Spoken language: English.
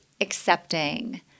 accepting